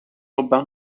urbain